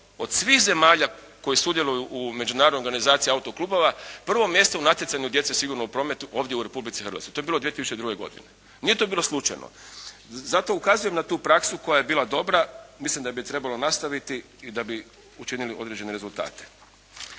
od svih zemalja koje sudjeluju u međunarodnoj organizaciji autoklubova, prvo mjesto u natjecanju djece sigurne u prometu ovdje u Republici Hrvatskoj. To je bilo 2002. godine. Nije to bilo slučajno. Zato ukazujem na tu praksu koja je bila dobra, mislim da bi je trebalo nastaviti i da bi učinili određene rezultate.